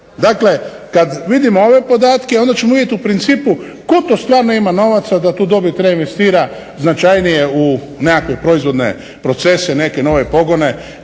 Dakle, kad vidimo ove podatke onda ćemo vidjeti u principu tko to stvarno ima novaca da tu dobit reinvestira značajnije u nekakve proizvodne procese, neke nove pogone